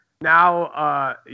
now